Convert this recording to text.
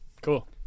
Cool